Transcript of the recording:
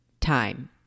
time